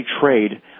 trade